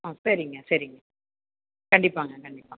ஆ சரிங்க சரிங்க கண்டிப்பாகங்க கண்டிப்பாக